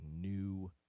new